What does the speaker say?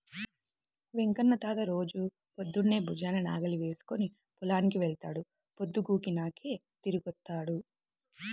వెంకన్న తాత రోజూ పొద్దన్నే భుజాన నాగలి వేసుకుని పొలానికి వెళ్తాడు, పొద్దుగూకినాకే తిరిగొత్తాడు